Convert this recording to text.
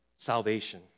Salvation